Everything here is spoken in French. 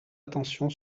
attention